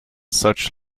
such